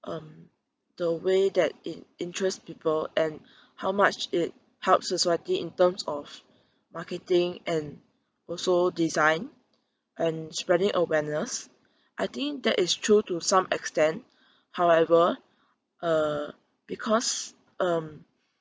um the way that it interests people and how much it helps society in terms of marketing and also design and spreading awareness I think that is true to some extent however uh because um